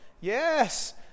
Yes